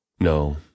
No